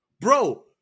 Bro